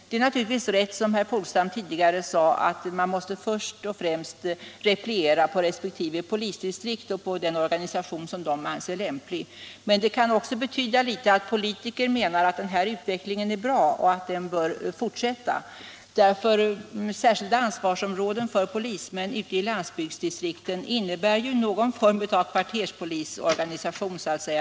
Det är naturligtvis rätt, som herr Polstam tidigare sade, att man först och främst måste repliera på resp. polisdistrikt och på den organisation som de anser lämplig. Men det kan också betyda något att politiker menar att den här utvecklingen är bra och att den bör fortsätta. Särskilda ansvarsområden för polismän ute i landsbygdsdistrikten innebär ju någon form av kvarterspolisorganisation.